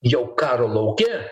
jau karo lauke